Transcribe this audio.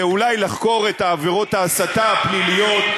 זה אולי לחקור את עבירות ההסתה הפליליות,